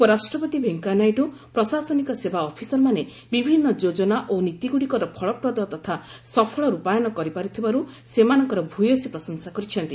ଉପରାଷ୍ଟପତି ଭେଙ୍କେୟା ନାଇଡ଼ ପ୍ରଶାସନିକ ସେବା ଅଫିସରମାନେ ବିଭିନ୍ନ ଯୋଜନା ଓ ନୀତି ଗ୍ରଡ଼ିକର ଫଳପ୍ରଦ ତଥା ସଫଳ ର୍ପାୟନ କରିପାର୍ଥିବାର୍ ସେମାନଙ୍କର ଭୟସୀ ପ୍ରଶଂସା କରିଛନ୍ତି